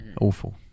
Awful